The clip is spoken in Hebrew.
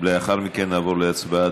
ולאחר מכן נעבור להצבעה.